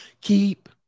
keep